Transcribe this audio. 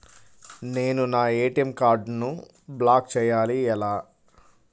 నేను నా ఏ.టీ.ఎం కార్డ్ను బ్లాక్ చేయాలి ఎలా?